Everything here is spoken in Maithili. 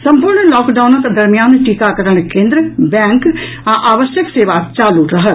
सम्पूर्ण लॉकडाउनक दरमियान टीकाकरण केंद्र बैंक आ आवश्यक सेवा चालू रहत